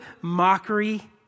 mockery